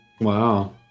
wow